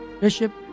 Bishop